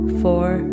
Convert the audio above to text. four